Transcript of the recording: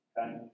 Okay